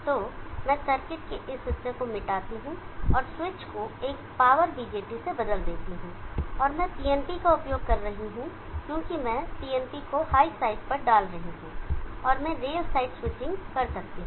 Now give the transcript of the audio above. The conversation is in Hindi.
तो मैं सर्किट के इस हिस्से को मिटाता हूं और स्विच को एक पावर BJT से बदल देता हूं और मैं PNP का उपयोग कर रहा हूं क्योंकि मैं PNP को हाई साइड पर डाल रहा हूं और मैं रेल साइड स्विचिंग कर सकता हूं